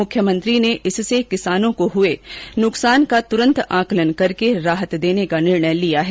मुख्यमंत्री ने इससे किसानों को हुए नुकसान का तुरन्त आकलन करके राहत देने का निर्णय लिया है